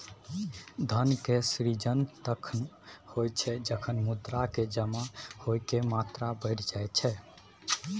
धन के सृजन तखण होइ छै, जखन मुद्रा के जमा होइके मात्रा बढ़ि जाई छै